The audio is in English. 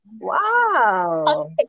Wow